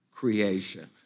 creation